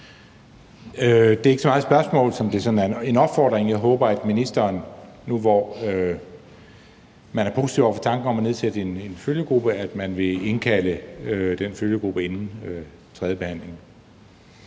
Det er ikke så meget et spørgsmål, som det er en opfordring. Jeg håber, at ministeren nu, hvor man er positiv over for tanken om at nedsætte en følgegruppe, vil indkalde den følgegruppe inden tredjebehandlingen.